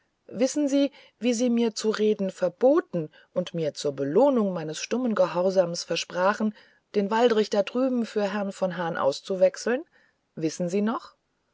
wissen sie wie sie mir zu reden verboten und mir zur belohnung meines stummen gehorsams versprachen den waldrich da drüben für herrn von hahn auszuwechseln wissen sie noch